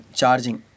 charging